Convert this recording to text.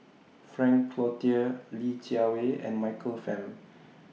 Frank Cloutier Li Jiawei and Michael Fam